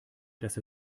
dass